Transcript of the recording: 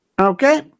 Okay